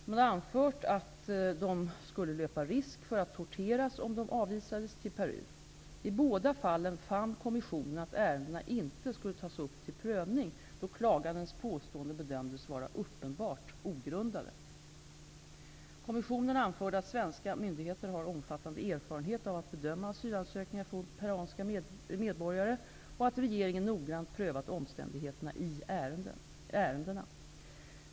De hade anfört att de skulle löpa risk att torteras om de avvisades till Peru. I båda fallen fann kommissionen att ärendena inte skulle tas upp till prövning, då klagandenas påståenden bedömdes vara uppenbart ogrundade. Kommissionen anförde att svenska myndigheter har omfattande erfarenhet av att bedöma asylansökningar från peruanska medborgare och att regeringen noggrant prövat omständigheterna i ärendena.